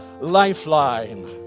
lifeline